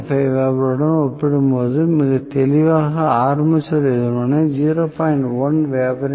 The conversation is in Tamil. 5 வெபருடன் ஒப்பிடும்போது மிக தெளிவாக ஆர்மேச்சர் எதிர்வினை 0